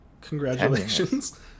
Congratulations